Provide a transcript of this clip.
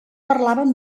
parlaven